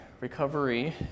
recovery